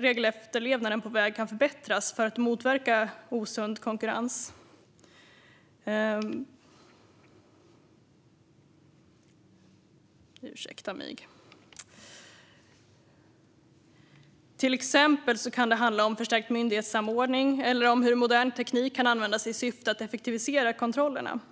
regelefterlevnaden på väg kan förbättras för att motverka osund konkurrens. Till exempel kan det handla om förstärkt myndighetssamordning eller om hur modern teknik kan användas i syfte att effektivisera kontrollerna.